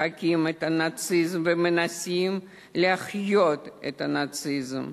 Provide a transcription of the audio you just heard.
מחקים את הנאציזם ומנסים להחיות את הנאציזם,